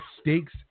stakes